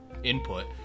Input